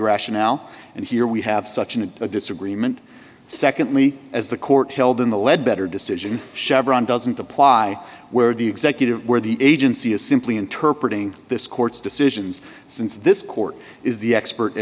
rationale and here we have such an a disagreement secondly as the court held in the lead better decision chevron doesn't apply where the executive where the agency is simply interpret ing this court's decisions since this court is the expert